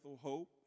Hope